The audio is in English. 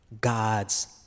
God's